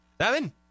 Seven